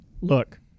look